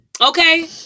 Okay